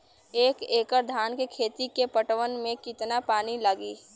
एक एकड़ धान के खेत के पटवन मे कितना पानी लागि?